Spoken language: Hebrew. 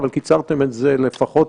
ומצליבים את המידע שמתקבל מהפונה